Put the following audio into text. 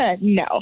No